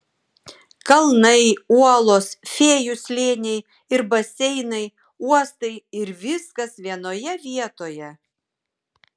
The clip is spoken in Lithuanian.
kalnai uolos fėjų slėniai ir baseinai uostai ir viskas vienoje vietoje